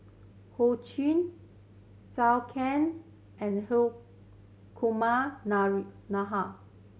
Ho Ching Zhou Can and Hri Kumar